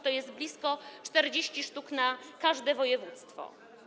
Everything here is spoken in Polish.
To jest blisko 40 sztuk na każde województwo.